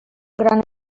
gran